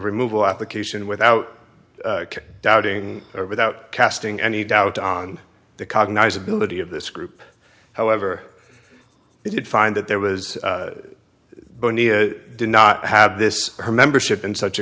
removal application without doubting or without casting any doubt on the cognize ability of this group however i did find that there was did not have this her membership in such a